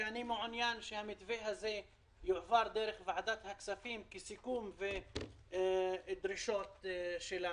ואני מעוניין שהוא יועבר דרך ועדת הכספים כסיכום או כדרישות שלנו,